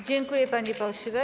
Dziękuję, panie pośle.